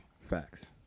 Facts